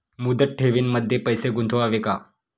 मुदत ठेवींमध्ये पैसे गुंतवावे का?